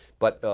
but